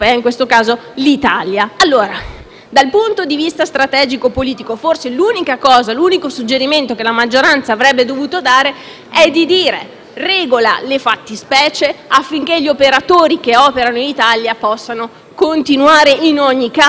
Dal punto di vista strategico-politico, forse l'unico suggerimento che la maggioranza avrebbe dovuto dare è come regolare le fattispecie affinché gli operatori che operano in Italia possano continuare a farlo in ogni caso. Non stiamo